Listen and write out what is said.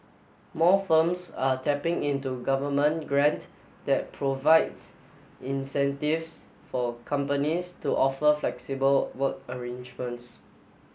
more firms are tapping into government grant that provides incentives for companies to offer flexible work arrangements